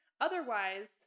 Otherwise